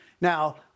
Now